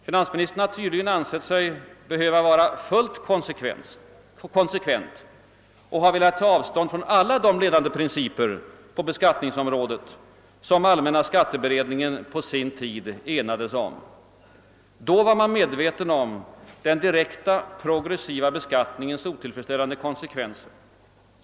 Han har tydligen ansett sig behöva vara fullt konsekvent och har velat ta avstånd från alla de ledande principer på beskattningsområdet som allmänna skatteberedningen på sin tid enade sig om. Då var man medveten om den direkta progressiva beskattningens otillfredsställande konsekvenser.